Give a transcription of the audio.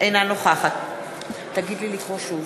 אינה נוכחת מזכירת הכנסת תקרא שוב